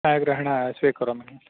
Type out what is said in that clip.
छायाग्रहणं स्वीकरोमि